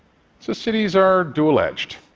so cities are dual-edged.